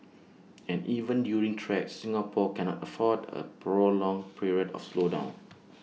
and even during threats Singapore cannot afford A prolonged period of slowdown